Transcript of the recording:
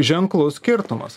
ženklus skirtumas